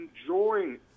enjoying